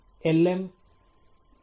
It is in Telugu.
ఎల్ఎమ్ predict